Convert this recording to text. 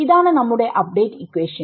ഇതാണ് നമ്മുടെ update equation